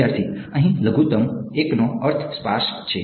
વિદ્યાર્થી અહીં લઘુત્તમ l 1 નો અર્થ સ્પાર્સ છે